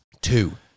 Two